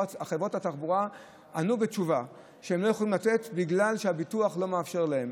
חברות התחבורה ענו בתשובה שהן לא יכולות לתת בגלל שהביטוח לא מאפשר להן.